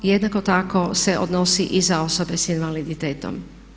Jednako tako se odnosi i za osobe sa invaliditetom.